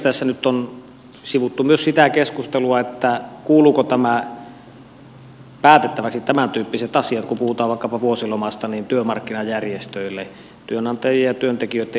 tässä nyt on sivuttu myös sitä keskustelua että kuuluvatko tämäntyyppiset asiat kun puhutaan vaikkapa vuosilomasta työmarkkinajärjestöjen työnantajien ja työntekijöitten edustajien päätettäväksi